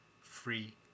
free